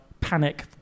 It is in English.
panic